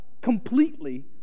completely